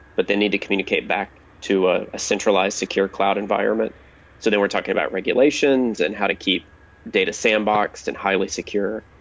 but they need to communicate back to ah a centralized secure cloud environment so then we're talking about regulations and how to keep data sandboxed and highly secure.